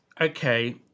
Okay